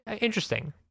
interesting